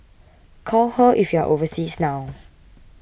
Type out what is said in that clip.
call her if you are overseas now